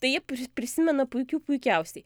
taip jie pri prisimena puikių puikiausiai